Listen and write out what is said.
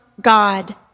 God